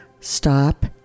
Stop